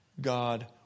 God